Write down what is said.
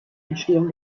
entstehung